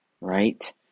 right